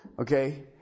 Okay